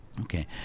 Okay